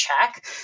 check